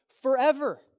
forever